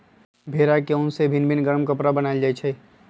भेड़ा के उन से भिन भिन् गरम कपरा बनाएल जाइ छै